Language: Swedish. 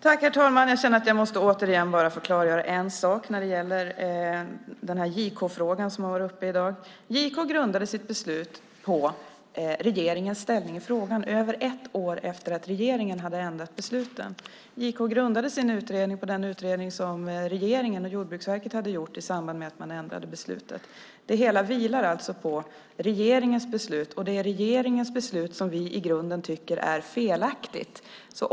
Herr talman! Jag känner att jag måste få klargöra en sak när det gäller JK-frågan. JK grundade sitt beslut på regeringens ställning i frågan över ett år efter att regeringen hade ändrat besluten. JK grundade sin utredning på den utredning som regeringen och Jordbruksverket hade gjort i samband med att man ändrade beslutet. Det hela vilar alltså på regeringens beslut, och det är regeringens beslut som vi i grunden tycker är felaktigt.